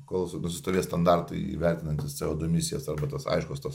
kol nusistovės standartai įvertinantys co du misijas arba tas aiškus tas